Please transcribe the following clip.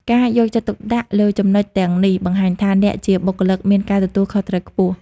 ការយកចិត្តទុកដាក់លើចំណុចទាំងនេះបង្ហាញថា អ្នកជាបុគ្គលិកមានការទទួលខុសត្រូវខ្ពស់។